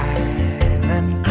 island